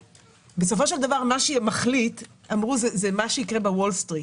בסופו של דבר מה שמחליט זה מה שיקרה בוול סטריט.